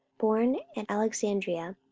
born at alexandria,